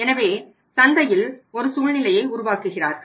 எனவே சந்தையில் ஒரு சூழ்நிலையை உருவாக்குகிறார்கள்